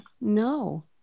no